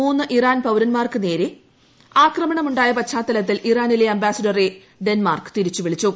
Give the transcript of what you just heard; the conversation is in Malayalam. മുന്ന് ഇറാൻ പൌരന്മാർക്ക് നേരെ ആക്രമണമുണ്ടായ പശ്ചാരിക്കുളത്തിൽ ഇറാനിലെ അംബാസിഡറെ ഡെന്മാർക്ക് തിരിച്ചുവിളിച്ചു